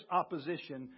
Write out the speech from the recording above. opposition